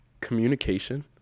communication